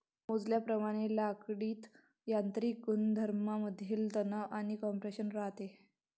मोजल्याप्रमाणे लाकडीत यांत्रिक गुणधर्मांमधील तणाव आणि कॉम्प्रेशन राहते